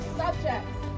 subjects